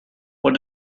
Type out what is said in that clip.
what